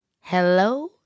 Hello